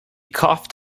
coughed